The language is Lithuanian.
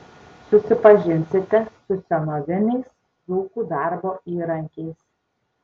susipažinsite su senoviniais dzūkų darbo įrankiais